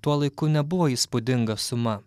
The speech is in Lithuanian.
tuo laiku nebuvo įspūdinga suma